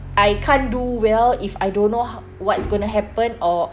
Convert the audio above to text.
I can't do well if I don't know ho~ what's going to happen or